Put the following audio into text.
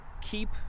keep